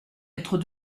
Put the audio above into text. être